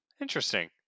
Interesting